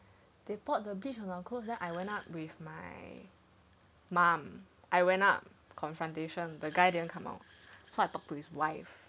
they brought the bleach on the clothes then I went up with my mum I went up confrontation the guy didn't come out so I talked to his wife